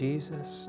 Jesus